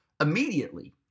immediately